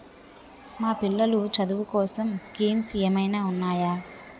మా పిల్లలు చదువు కోసం స్కీమ్స్ ఏమైనా ఉన్నాయా?